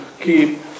keep